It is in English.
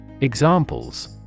Examples